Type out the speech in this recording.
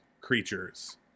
creatures